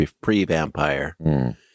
pre-vampire